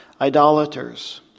idolaters